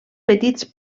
petits